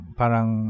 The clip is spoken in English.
parang